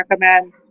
recommend